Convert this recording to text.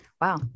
wow